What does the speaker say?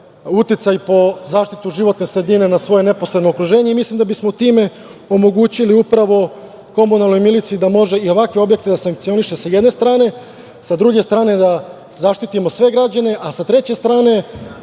uticaj po zaštitu životne sredine na svoje neposredno okruženje. Mislim da bismo time omogućili upravo komunalnoj miliciji da može i ovakve objekte da sankcioniše sa jedne strane, sa druge strane da zaštitimo sve građane, a sa treće strane